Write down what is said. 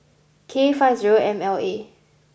K five zero M L A